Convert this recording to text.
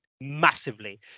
massively